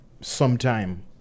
sometime